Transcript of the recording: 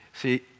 See